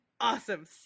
awesome